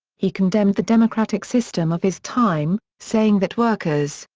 he condemned the democratic system of his time, saying that workers,